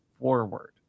forward